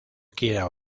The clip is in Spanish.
quiera